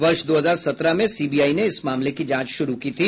वर्ष दो हजार सत्रह में सीबीआई ने इस मामले की जांच शुरू की थी